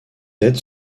être